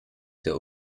der